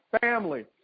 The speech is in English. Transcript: family